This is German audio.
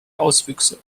auswüchse